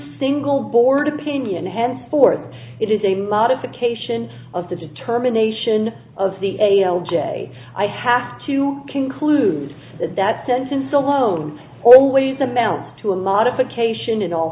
single board opinion henceforth it is a modification of the determination of the a j i have to conclude that that sentence alone always amounts to a modification in all